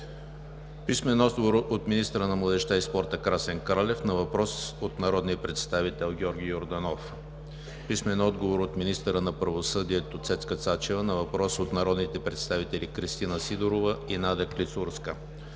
Писмен отговор от: - министъра на младежта и спорта Красен Кралев на въпрос от народния представител Георги Йорданов; - министъра на правосъдието Цецка Цачева на въпрос от народните представители Кристина Сидорова и Надя Клисурска;